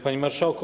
Panie Marszałku!